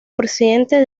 presidente